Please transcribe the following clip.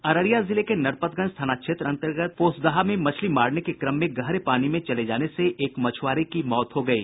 अररिया जिले के नरपतगंज थाना क्षेत्र अन्तर्गत पोसदाहा में मछली मारने के क्रम में गहरे पानी में चले जाने से एक मछुआरे की मौत हो गयी